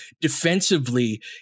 defensively